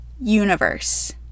universe